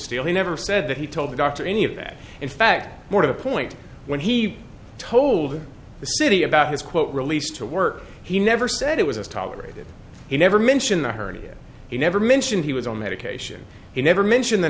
steel he never said that he told the doctor any of that in fact more to the point when he told the city about his quote release to work he never said it was a tolerated he never mentioned the hernia he never mentioned he was on medication he never mentioned the